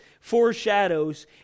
foreshadows